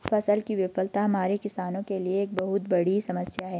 फसल की विफलता हमारे किसानों के लिए एक बहुत बड़ी समस्या है